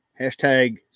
Hashtag